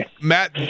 Matt